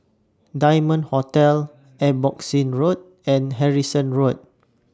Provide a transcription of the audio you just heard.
Diamond Hotel Abbotsingh Road and Harrison Road